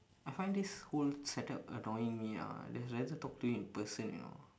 I find this whole setup annoying me ah I'd rather talk to you in and person you know